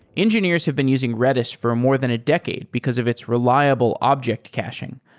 engineers have been using redis for more than a decade because of its reliable object caching,